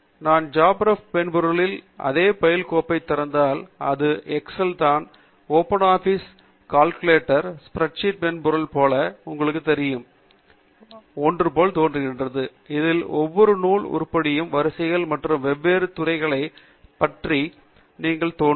எனவே நீங்கள் ஜாப்ரெப் மென்பொருளில் அதே பைல் கோப்பை திறந்தால் அது எக்செல் தாள் அல்லது Open Office Calc spreadsheet மென்பொருளைப் போல உங்களுக்குத் தெரிந்த ஒன்று போல தோன்றுகிறது இதில் ஒவ்வொரு நூல் உருப்படிகளும் வரிசைகள் மற்றும் வெவ்வேறு துறைகள் பத்திகள் என தோன்றும்